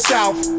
South